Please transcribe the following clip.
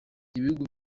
ibihugu